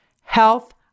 health